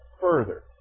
further